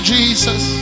Jesus